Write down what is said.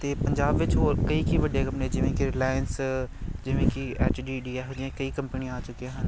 ਅਤੇ ਪੰਜਾਬ ਵਿੱਚ ਹੋਰ ਕਈ ਕਈ ਵੱਡੇ ਕੰਪਨੀਆਂ ਜਿਵੇਂ ਕਿ ਰਿਲਾਇੰਸ ਜਿਵੇਂ ਕਿ ਐਚ ਡੀ ਡੀ ਐੱਫ ਨੇ ਕਈ ਕੰਪਨੀਆਂ ਆ ਚੁੱਕੀਆਂ ਹਨ